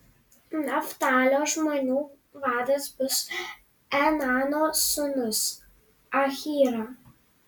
naftalio žmonių vadas bus enano sūnus ahyra